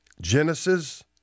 Genesis